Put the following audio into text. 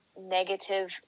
negative